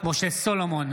משה סולומון,